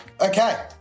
okay